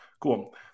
Cool